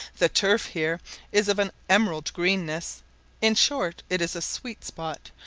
the turf here is of an emerald greenness in short, it is a sweet spot,